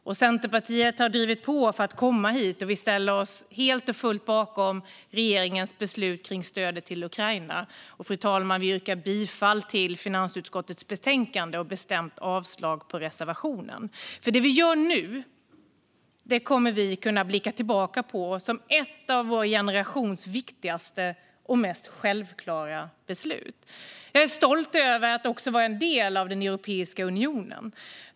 Vi i Centerpartiet har drivit på för att komma hit, och vi ställer oss helt och fullt bakom regeringens beslut om stöd till Ukraina. Vi yrkar bifall till förslaget i finansutskottets betänkande och bestämt avslag på reservationen, fru talman. Det vi gör nu kommer vi att kunna blicka tillbaka på som ett av vår generations viktigaste och mest självklara beslut. Jag är stolt över att vara en del av Europeiska unionen.